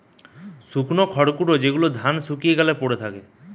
শুকনো খড়কুটো যেগুলো ধান শুকিয়ে গ্যালে পড়ে থাকে